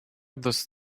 does